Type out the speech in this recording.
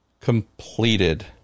completed